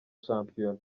shampiyona